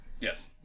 Yes